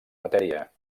matèria